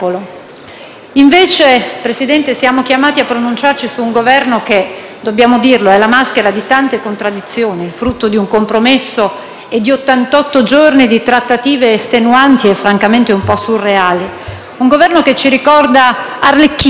invece, Presidente, siamo chiamati a pronunciarci su un Governo che - dobbiamo dirlo - è la maschera di tante contraddizioni, frutto di un compromesso e di ottantotto giorni di trattative estenuanti, e francamente un po' surreali. Un Governo che ci ricorda Arlecchino,